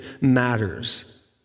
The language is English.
matters